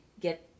get